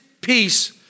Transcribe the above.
peace